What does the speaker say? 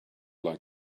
like